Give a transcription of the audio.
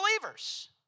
believers